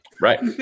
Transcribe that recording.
Right